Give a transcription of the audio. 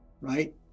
right